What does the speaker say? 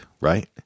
right